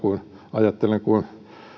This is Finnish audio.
ajattelen ihan samalla lailla kuin